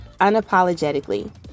unapologetically